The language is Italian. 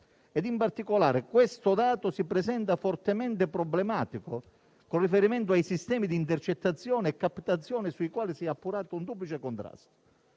In particolare, questo dato si presenta fortemente problematico con riferimento ai sistemi di intercettazione e captazione sui quali si è appurato un duplice contrasto: